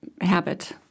habit